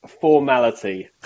formality